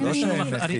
זה לא שאין נכים.